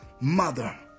Mother